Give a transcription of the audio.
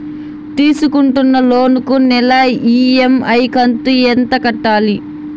తీసుకుంటున్న లోను కు నెల ఇ.ఎం.ఐ కంతు ఎంత కట్టాలి?